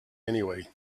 anyway